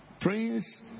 Prince